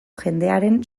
jendearen